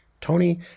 Tony